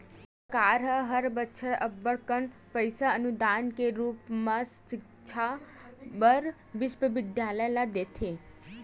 सरकार ह हर बछर अब्बड़ कन पइसा अनुदान के रुप म सिक्छा बर बिस्वबिद्यालय ल देथे